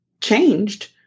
changed